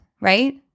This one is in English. right